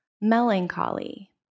melancholy